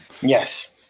Yes